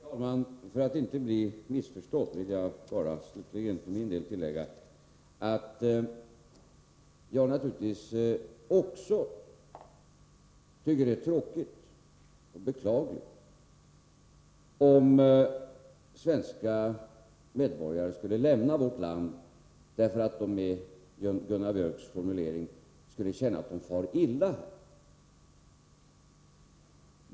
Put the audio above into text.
Herr talman! För att inte bli missförstådd vill jag bara slutligen tillägga att jag naturligtvis också tycker att det är tråkigt och beklagligt om svenska medborgare skulle lämna vårt land därför att de, med Gunnar Biörcks formulering, skulle känna att de far illa.